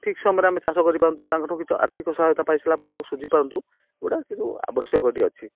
ଠିକ୍ ସମୟରେ ଆମେ ଚାଷ କରିପାରନ୍ତୁ ତାଙ୍କ ଠୁ କିଛି ଆର୍ଥିକ ସହାୟତା ପାଇସାରିଲା ପରେ ତାକୁ ସୁଝିପାରନ୍ତୁ ଏଗୁଡ଼ା ସେଠୁ ଆବଶ୍ୟକଟି ଅଛି